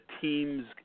teams